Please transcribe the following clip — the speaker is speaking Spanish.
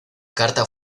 carta